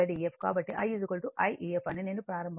కాబట్టి I I ef అని నేను ప్రారంభంలో చెప్పాను